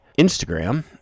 Instagram